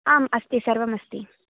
आम् अस्ति सर्वम् अस्ति